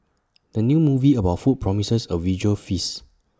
the new movie about food promises A visual feast